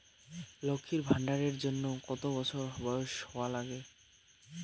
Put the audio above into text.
লক্ষী ভান্ডার এর জন্যে কতো বছর বয়স হওয়া লাগে?